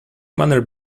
manner